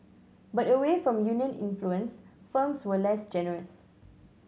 but away from union influence firms were less generous